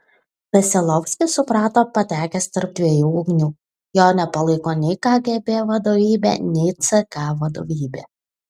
veselovskis suprato patekęs tarp dviejų ugnių jo nepalaiko nei kgb vadovybė nei ck vadovybė